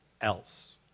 else